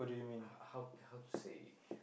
how how how to say